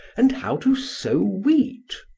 and how to sow wheat.